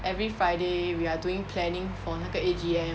every friday we are doing planning for 那个 A_G_M